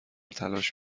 تلاش